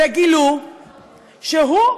וגילו שהוא,